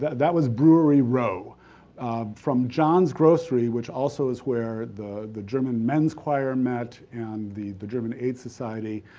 that was brewery row from john's grocery, which also is where the the german men's choir met and the the german aid society,